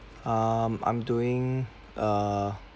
um I'm doing uh